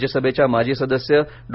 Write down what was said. राज्यसभेच्या माजी सदस्य डॉ